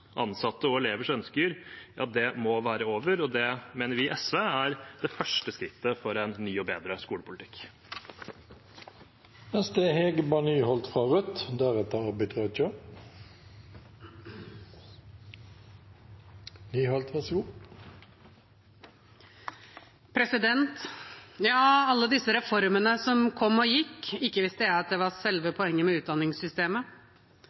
ansatte og elevers ønsker, må være over, og det mener vi i SV er det første skrittet mot en ny og bedre skolepolitikk. Alle disse reformene som kom og gikk, ikke visste jeg at det var selve poenget med utdanningssystemet. Jeg må innrømme at jeg veldig lenge tenkte på ungdomsskolen som de tre årene mellom barneskolen og videregående. Det var